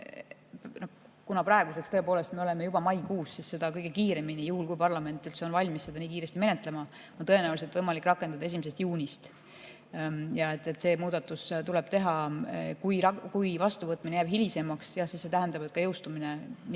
kuna praeguseks me tõepoolest oleme juba maikuus, siis kõige kiiremini, juhul kui parlament on valmis seda nii kiiresti menetlema, on tõenäoliselt võimalik see rakendada 1. juunist. Ja see muudatus tuleb teha. Kui vastuvõtmine jääb hilisemaks, siis see tähendab, et jõustumine nihkub